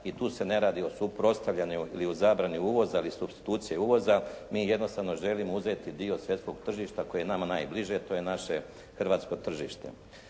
i tu se ne radi o suprotstavljanju ili o zabrani uvoza ili substitucije uvoza. Mi jednostavno želimo uzeti dio svjetskog tržišta koje je nama najbliže, to je naše hrvatsko tržište.